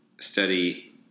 study